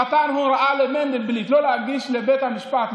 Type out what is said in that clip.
נתן הוראה למנדלבליט לא להגיש תגובה לבית המשפט,